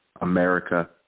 America